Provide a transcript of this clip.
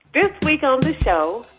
this week on the show,